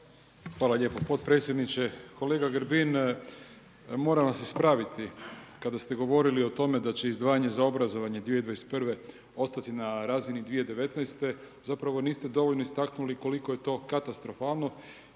Hvala lijepa potpredsjedniče. Kolega Grbin, moram vas ispraviti kada ste govorili o tome da će izdvajanje za obrazovanje 2021. ostati na razini 2019., zapravo niste dovoljno istaknuli koliko je to katastrofalno